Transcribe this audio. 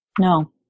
No